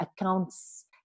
accounts